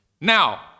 Now